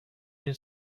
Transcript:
این